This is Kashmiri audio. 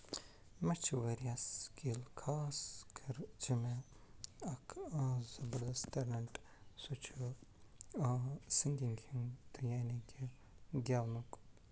مےٚ چھُ وارِیاہ سِکِل خاص کر چھِ مےٚ اکھ زبردس ٹٮ۪لنٛٹ سُہ چھُ سِنٛگِنٛگ ہُنٛد تہٕ یعنی کہِ گٮ۪ونُک